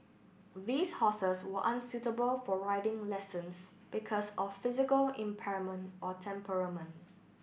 these horses were unsuitable for riding lessons because of physical impairment or temperament